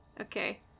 Okay